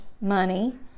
money